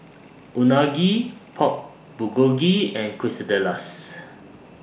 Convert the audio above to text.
Unagi Pork Bulgogi and Quesadillas